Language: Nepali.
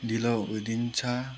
ढिलो भइदिन्छ